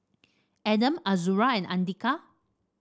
Adam Azura and Andika